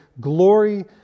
glory